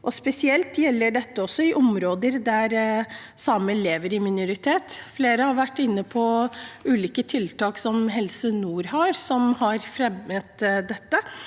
Spesielt gjelder dette i områder der samer lever som minoritet. Flere har vært inne på ulike tiltak i Helse nord, som fremmer dette,